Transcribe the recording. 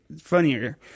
funnier